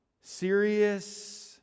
serious